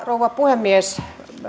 rouva puhemies